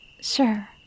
Sure